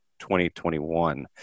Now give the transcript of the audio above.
2021